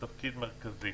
תפקיד מרכזי.